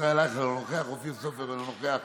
ישראל אייכלר, אינו נוכח, אופיר סופר, אינו נוכח,